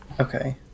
Okay